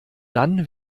dann